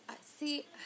See